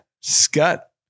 Scut